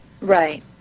Right